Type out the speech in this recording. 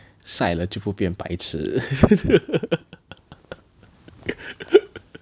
晒了就不变白痴了